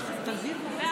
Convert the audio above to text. ואחרי שעבר פה החוק שנותן,